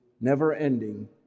never-ending